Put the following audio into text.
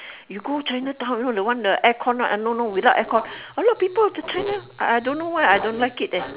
you go chinatown you know the one with the air-con right ah no no without air-con a lot of people from china I don't know why I don't like it eh